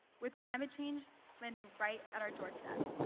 with climate change landing right at our doorstep.